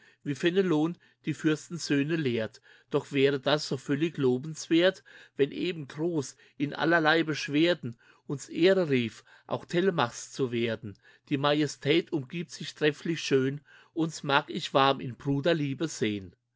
wie fenelon die fürstensöhne lehrt doch wäre das so völlig lobenswert wenn eben groß in allerlei beschwerden uns ehre rief auch telemachs zu werden die majestät umgibt sich trefflich schön uns mag ich warm in bruderliebe sehn